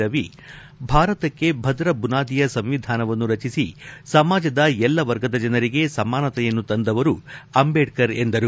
ರವಿ ಭಾರತಕ್ಕೆ ಭದ್ರ ಬುನಾದಿಯ ಸಂವಿಧಾನವನ್ನು ರಚಿಸಿ ಸಮಾಜದ ಎಲ್ಲಾ ವೆರ್ಗದ ಜನರಿಗೆ ಸಮಾನತೆಯನ್ನು ತಂದವರು ಅಂಬೇಡ್ಕರ್ ಎಂದರು